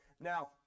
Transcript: Now